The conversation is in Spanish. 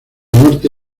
norte